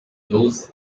those